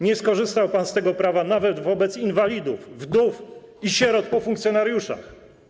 Nie skorzystał pan z tego prawa nawet wobec inwalidów, wdów i sierot po funkcjonariuszach.